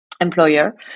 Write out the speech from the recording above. employer